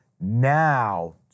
Now